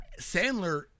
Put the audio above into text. Sandler